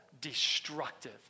destructive